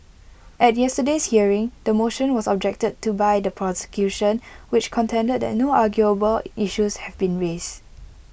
at yesterday's hearing the motion was objected to by the prosecution which contended that no arguable issues have been raised